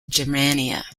germania